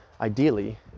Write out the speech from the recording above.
Ideally